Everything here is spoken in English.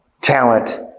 talent